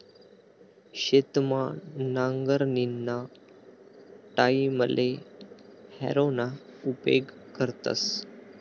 शेतमा नांगरणीना टाईमले हॅरोना उपेग करतस